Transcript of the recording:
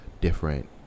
different